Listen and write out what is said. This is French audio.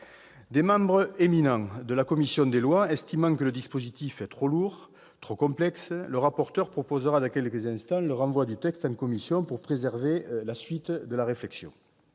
Des membres éminents de la commission des lois estimant que le dispositif présenté est trop lourd, trop complexe, le rapporteur proposera dans quelques instants le renvoi du texte à la commission, pour préserver la suite de la réflexion.